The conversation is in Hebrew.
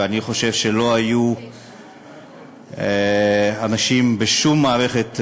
ואני חושב שלא היו אנשים בשום מערכת,